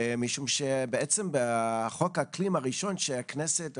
כי בעצם חוק האקלים הראשון שהכנסת ראתה,